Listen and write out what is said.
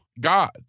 God